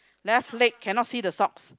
left leg cannot see the socks